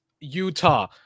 Utah